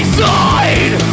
side